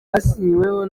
yasinyweho